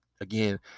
Again